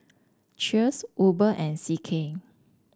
Cheers Uber and C K